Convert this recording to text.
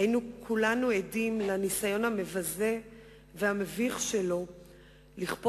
היינו כולנו עדים לניסיון המבזה והמביך של קצב,